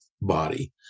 body